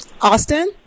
Austin